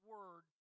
Word